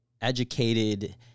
educated